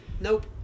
Nope